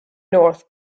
north